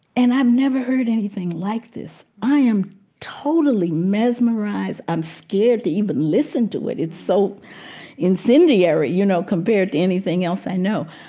and i've never heard anything like this. i am totally mesmerized. i'm scared to even listen to it, it's so incendiary, you know, compared to anything else i know.